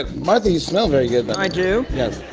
ah martha, you smell very good. but i do? yes.